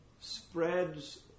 spreads